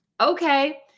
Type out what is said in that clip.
Okay